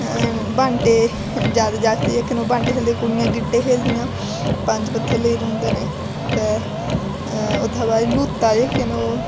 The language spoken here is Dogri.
बांह्टे ज्यादा जागत जेह्के ओह् बांह्टे खेलदे जेह्की कुड़ियां गीह्टे खेलदियां पंज पत्थर लेइयै उंदे कन्नै ते ओह्दे बाद लूतां जेह्की ना ओह्